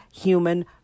human